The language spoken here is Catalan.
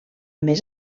més